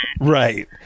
Right